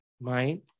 mind